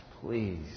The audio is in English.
please